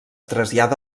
trasllada